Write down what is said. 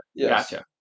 Gotcha